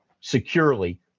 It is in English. securely